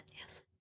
Yes